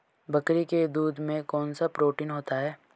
बकरी के दूध में कौनसा प्रोटीन होता है?